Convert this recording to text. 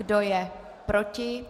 Kdo je proti?